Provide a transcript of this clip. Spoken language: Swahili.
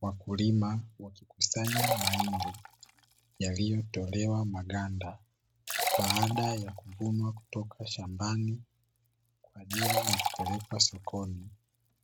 Wakulima wakikusanya Mahindi, yaliyotolewa maganda, baada ya kuvunwa kutoka shambani, kwa ajili ya kupelekwa sokoni